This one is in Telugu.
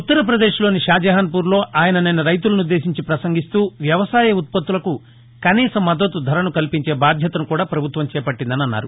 ఉత్తర్రపదేశ్లోని షాజహాన్పూర్లో నిన్న ఆయన రైతులను ఉద్దేశించి ప్రసంగిస్తూ వ్యవసాయ ఉత్పత్తులకు కనీస మద్దతు ధరను కల్పించే బాధ్యతను కూడా ప్రభుత్వం చేపల్టిందని అన్నారు